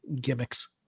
gimmicks